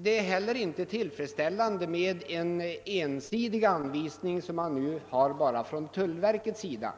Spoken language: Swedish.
Det är inte heller tillfredsställande med en ensidig anvisning från tullverkets sida.